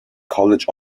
college